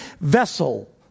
vessel